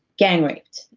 gang raped,